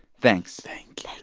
thanks thank